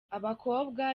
abakobwa